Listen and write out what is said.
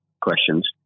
questions